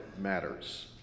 matters